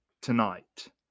tonight